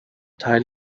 teil